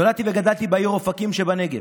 נולדתי וגדלתי בעיר אופקים שבנגב.